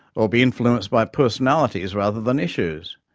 or be influenced by personalities rather than issues.